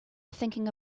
thinking